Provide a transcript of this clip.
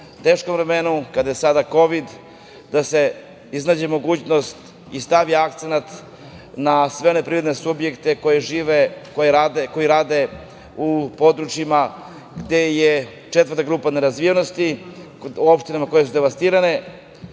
teškim vremenima, kada je kovid, da se iznađe mogućnost i stavi akcenat na sve one privredne subjekte koji žive i rade u područjima gde je četvrta grupa nerazvijenosti, u opštinama koje su devastirane,